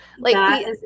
Like-